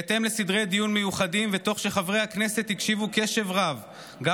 בהתאם לסדרי דיון מיוחדים ותוך שחברי הכנסת הקשיבו בקשב רב גם